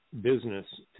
business